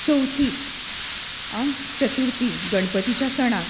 चवथीक आं चतुर्थीक गणपतीच्या सणाक